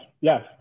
yes